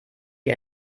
wie